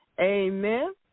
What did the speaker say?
Amen